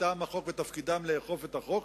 מטעם החוק ותפקידם לאכוף את החוק,